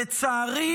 לצערי